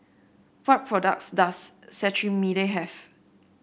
what products does Cetrimide have